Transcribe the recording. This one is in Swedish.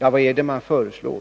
Vad är det då man föreslår?